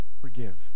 forgive